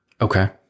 Okay